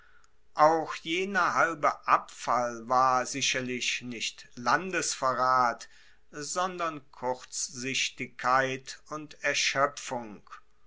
auch jener halbe abfall war sicherlich nicht landesverrat sondern kurzsichtigkeit und erschoepfung